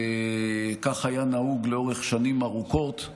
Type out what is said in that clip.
וכך היה נהוג לאורך שנים ארוכות,